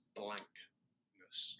blankness